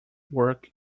work